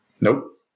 Nope